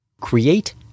Create